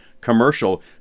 commercial